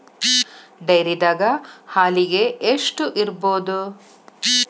ಡೈರಿದಾಗ ಹಾಲಿಗೆ ಎಷ್ಟು ಇರ್ಬೋದ್?